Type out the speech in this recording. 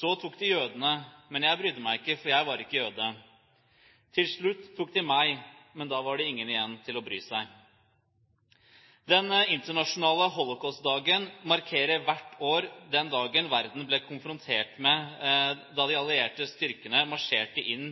Så tok de jødene men jeg brydde meg ikke for jeg var ikke jøde. Til slutt tok de meg. Men da var det ingen igjen til å bry seg.» Den internasjonale holocaustdagen markerer hvert år den dagen verden ble konfrontert med, da de allierte styrkene marsjerte inn